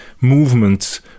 movements